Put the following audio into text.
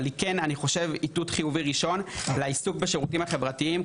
אבל היא כן איתות חברתי ראשון לעיסוק בשירותים החברתיים.